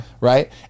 right